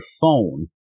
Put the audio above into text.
phone